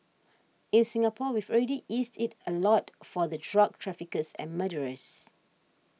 in Singapore we've already eased it a lot for the drug traffickers and murderers